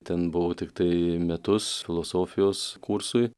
ten buvau tiktai metus filosofijos kursui